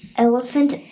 Elephant